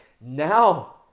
now